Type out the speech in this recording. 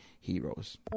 heroes